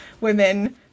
women